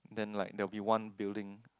then like there'll be one building